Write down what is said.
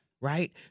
right